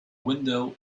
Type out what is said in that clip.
window